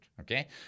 Okay